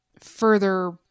further